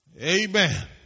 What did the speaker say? Amen